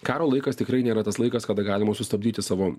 karo laikas tikrai nėra tas laikas kada galima sustabdyti savo